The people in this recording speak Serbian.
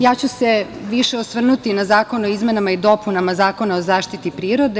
Ja ću se više osvrnuti na zakon o izmenama i dopunama Zakona o zaštiti prirode.